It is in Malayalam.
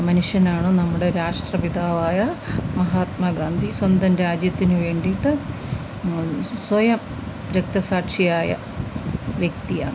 മനുഷ്യനാണ് നമ്മുടെ രാഷ്ട്രപിതാവായ മഹാത്മാഗാന്ധി സ്വന്തം രാജ്യത്തിന് വേണ്ടീട്ട് സ്വയം രക്ത സാക്ഷിയായ വ്യക്തിയാണ്